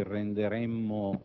e così facendo non ci renderemmo